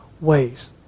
ways